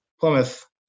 Plymouth